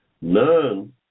none